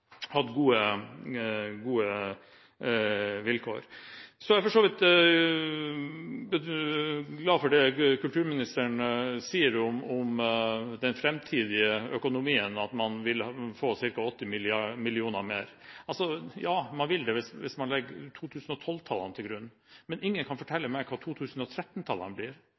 gode vilkår. Så er jeg for så vidt glad for det kulturministeren sier om den framtidige økonomien, at man vil få ca. 8 mill. kr mer. Man vil det hvis man legger 2012-tallene til grunn, men ingen kan fortelle meg hva 2013-tallene blir. Sånn som prognosene ser ut, spiller man for mindre og mindre hos Norsk Tipping. Det blir